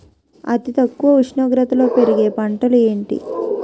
అతి తక్కువ ఉష్ణోగ్రతలో పెరిగే పంటలు ఏంటి?